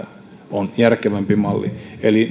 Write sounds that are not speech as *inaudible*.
on järkevämpi malli eli *unintelligible*